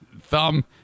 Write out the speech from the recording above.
thumb